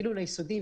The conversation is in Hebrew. אפילו ליסודי,